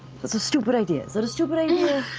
that's a stupid idea. is that a stupid idea?